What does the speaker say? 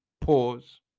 Pause